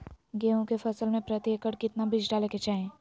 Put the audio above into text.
गेहूं के फसल में प्रति एकड़ कितना बीज डाले के चाहि?